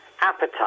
appetite